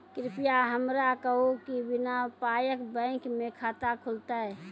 कृपया हमरा कहू कि बिना पायक बैंक मे खाता खुलतै?